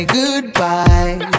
goodbye